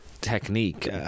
technique